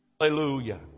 Hallelujah